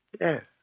Yes